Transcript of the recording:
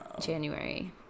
January